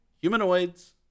Humanoids